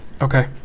Okay